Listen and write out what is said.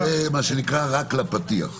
זה רק לפתיח.